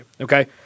Okay